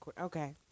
okay